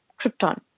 Krypton